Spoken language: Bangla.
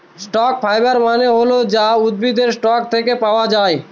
স্টক ফাইবার মানে হল যা উদ্ভিদের স্টক থাকে পাওয়া যায়